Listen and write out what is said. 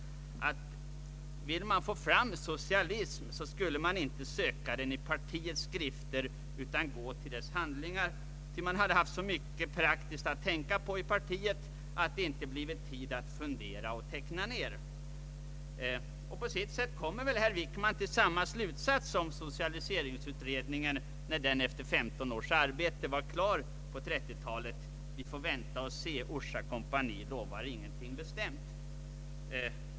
Han sade att om man ville beskriva socialism, skulle man inte söka den i partiets skrifter utan gå till dess handlingar, ty man hade så mycket praktiskt att tänka på i partiet att det inte blev tid över att fundera och att teckna ner. På sitt sätt kommer väl herr Wickman till samma slutsats som socialiseringsutredningen, när den efter 15 års arbete var klar på 1930-talet: Vi får vänta och se; Orsa kompani lovar ingenting bestämt.